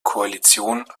koalition